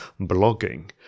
blogging